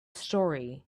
story